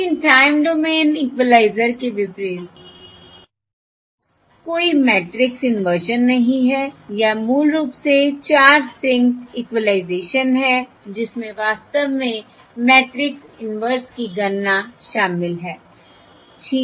लेकिन time domain equalizer के विपरीत कोई मैट्रिक्स इनवर्सन नहीं है या मूल रूप से 4 सिंक इक्वलाइज़ेशन है जिसमें वास्तव में मैट्रिक्स इनवर्स की गणना शामिल है ठीक है